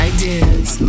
Ideas